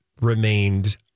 remained